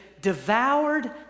devoured